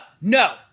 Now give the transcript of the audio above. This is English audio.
no